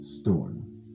storm